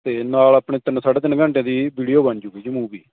ਅਤੇ ਨਾਲ ਆਪਣੇ ਤਿੰਨ ਸਾਢੇ ਤਿੰਨ ਘੰਟੇ ਦੀ ਵੀਡੀਓ ਬਣ ਜਾਊਗੀ ਜੀ ਮੂਵੀ